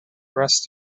rest